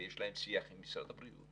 ויש להם שיח עם משרד הבריאות,